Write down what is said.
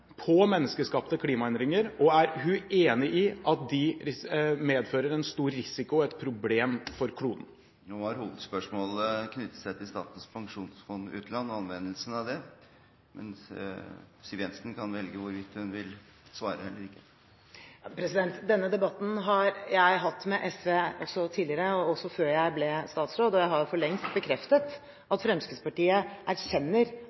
på menneskeskapte klimaendringer, og er hun enig i at de medfører en stor risiko og et problem for kloden? Hovedspørsmålet knyttet seg til Statens pensjonsfond utland og anvendelsen av det. Siv Jensen kan velge hvorvidt hun vil svare eller ikke. Denne debatten har jeg hatt med SV tidligere – også før jeg ble statsråd – og jeg har for lengst bekreftet at Fremskrittspartiet erkjenner